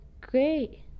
great